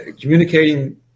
communicating